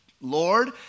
Lord